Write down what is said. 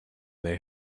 they